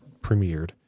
premiered